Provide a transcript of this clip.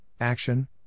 action